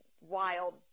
wild